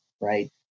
right